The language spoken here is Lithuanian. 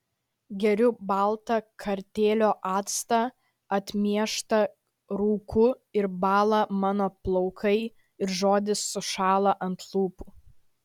geriu baltą kartėlio actą atmieštą rūku ir bąla mano plaukai ir žodis sušąla ant lūpų